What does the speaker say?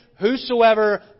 Whosoever